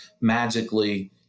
magically